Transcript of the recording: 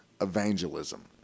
evangelism